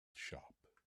shop